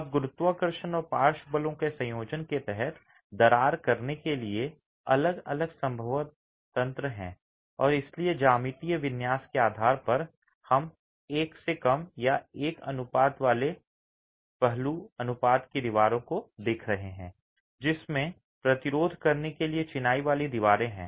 अब गुरुत्वाकर्षण और पार्श्व बलों के संयोजन के तहत दरार करने के लिए अलग अलग संभव तंत्र हैं और इसलिए ज्यामितीय विन्यास के आधार पर हम 1 से कम या 1 के अनुपात वाले पहलू अनुपात की दीवारों को देख रहे हैं जिसमें प्रतिरोध करने के लिए चिनाई वाली दीवारें हैं